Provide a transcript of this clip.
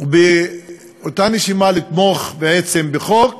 ובאותה נשימה לתמוך בעצם בחוק